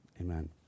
amen